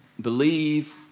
believe